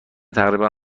تقریبا